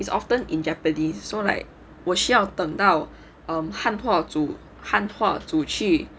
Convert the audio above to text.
is often in japanese so like 我需要等到汉化组汉化组去